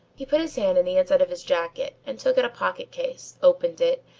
he put his hand in the inside of his jacket and took out a pocket case, opened it,